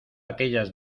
aquellas